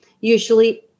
usually